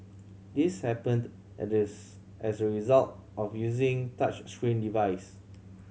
this happened and as a result of using touchscreen device